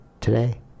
Today